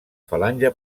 falange